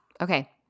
okay